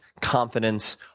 confidence